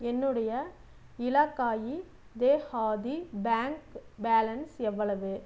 என்னுடைய இலாகாயி தேஹாதி பேங்க் பேலன்ஸ் எவ்வளவு